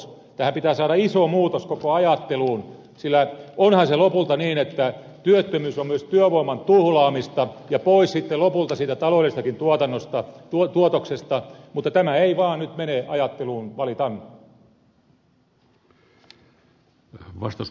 tähän koko ajatteluun pitää saada iso muutos sillä onhan se lopulta niin että työttömyys on myös työvoiman tuhlaamista ja pois sitten lopulta siitä taloudellisestakin tuotoksesta mutta tämä ei vaan nyt mene ajatteluun valitan